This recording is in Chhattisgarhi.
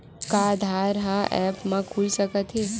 का आधार ह ऐप म खुल सकत हे?